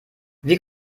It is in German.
wie